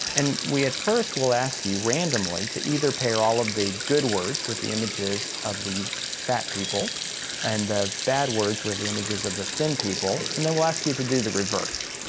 and we at first will ask you randomly to either pair all of the good words with the images of the fat people and the bad words with the images of the thin people, and then we'll ask you to do the reverse.